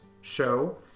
show